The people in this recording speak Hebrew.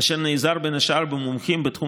אשר נעזר בין השאר במומחים בתחום